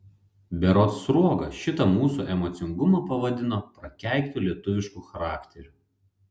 berods sruoga šitą mūsų emocingumą pavadino prakeiktu lietuvišku charakteriu